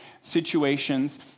situations